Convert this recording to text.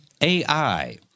AI